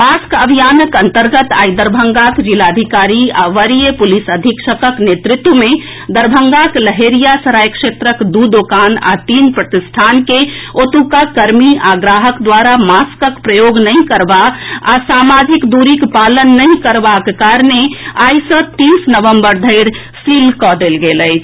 mask अभियानक अंतर्गत आइ दरभंगाक जिलाधिकारी आ वरीय पुलिस अधीक्षकक के नेतृत्व मे दरभंगाक लहेरियासराय क्षेत्रक दू दोकान आ तीन प्रतिष्ठान के ओतुका कर्मी आ ग्राहक द्वारा मास्कक प्रयोग नहि करबा आ सामाजिक दूरीक पालन नहि करबाक कारणे आइ सँ तीस नवम्बर धरि सील कऽ देल गेल अछि